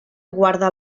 guarda